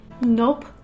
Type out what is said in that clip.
Nope